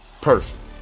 Perfect